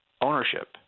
ownership